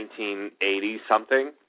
1980-something